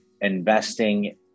investing